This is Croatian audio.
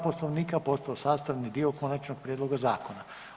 Poslovnika postao sastavni dio konačnog prijedloga zakona.